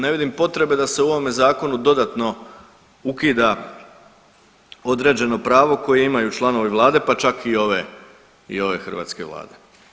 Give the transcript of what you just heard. Ne vidim potrebe da se u ovome zakonu dodatno ukida određeno pravo koje imaju članovi vlade pa čak i ove i ove hrvatske vlade.